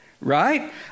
right